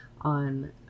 on